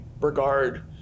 regard